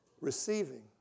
receiving